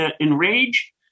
enrage